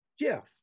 Jeff